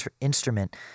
instrument